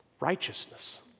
Righteousness